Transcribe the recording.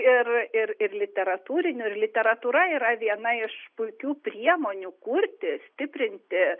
ir ir ir literatūrinių ir literatūra yra viena iš puikių priemonių kurti stiprinti